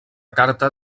carta